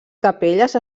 capelles